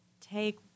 take